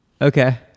Okay